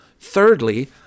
Thirdly